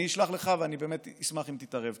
אני אשלח לך, ואני באמת אשמח אם תתערב.